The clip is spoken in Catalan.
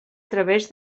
través